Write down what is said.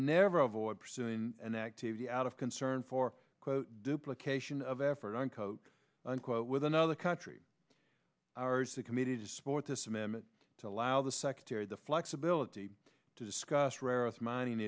never avoid pursuing an activity out of concern for duplications of effort unquote unquote with another country are so committed to support this amendment to allow the secretary the flexibility to discuss rarest mining